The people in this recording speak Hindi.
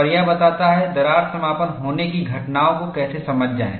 और यह बताता है दरार समापन होने की घटनाओं को कैसे समझा जाए